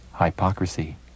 hypocrisy